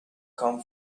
come